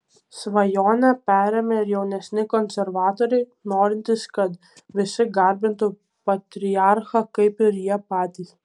svajonę perėmė ir jaunesni konservatoriai norintys kad visi garbintų patriarchą kaip ir jie patys